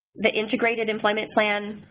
the integrated employment plan,